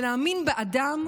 ונאמין באדם וברוחו,